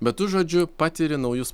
bet tu žodžiu patiri naujus